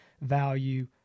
value